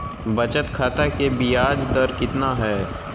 बचत खाता के बियाज दर कितना है?